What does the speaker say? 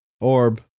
orb